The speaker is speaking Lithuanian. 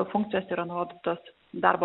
funkcijos yra nurodytos darbo